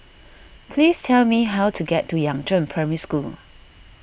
please tell me how to get to Yangzheng Primary School